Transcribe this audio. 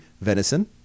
venison